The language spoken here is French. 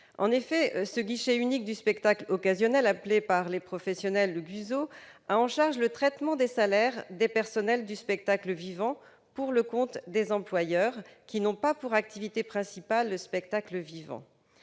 En effet, le guichet unique du spectacle occasionnel, que les professionnels appellent GUSO, a en charge le traitement des salaires des personnels du spectacle vivant pour le compte des employeurs qui n'ont pas pour activité principale le spectacle vivant.